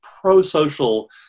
pro-social